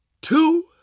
two